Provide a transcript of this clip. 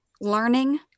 learning